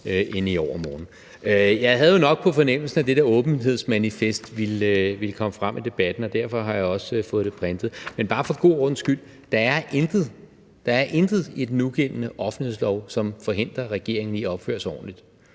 end i overmorgen. Jeg havde nok på fornemmelsen, at det der åbenhedsmanifest ville komme frem i debatten, og derfor har jeg også fået det printet. Men bare for god ordens skyld: Der er intet i den nugældende offentlighedslov, som forhindrer regeringen i at opføre sig ordentligt